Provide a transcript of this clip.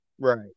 right